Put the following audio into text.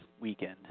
weekend